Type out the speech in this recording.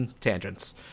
Tangents